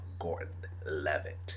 Gordon-Levitt